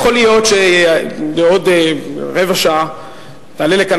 יכול להיות שבעוד רבע שעה תעלה לכאן